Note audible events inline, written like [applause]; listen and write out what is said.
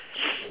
[noise]